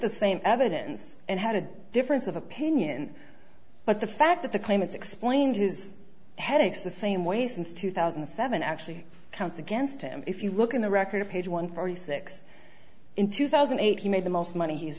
the same evidence and had a difference of opinion but the fact that the claimants explained his headaches the same way since two thousand and seven actually counts against him if you look in the record of page one forty six in two thousand and eight he made the most money he's